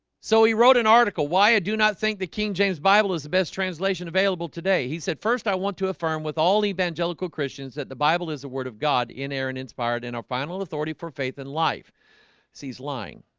so he wrote an article why i do not think that king james bible is the best translation available today he said first i want to affirm with all the banne jellicle christians that the bible is the word of god in aaron inspired in our final authority for faith in life so he's lying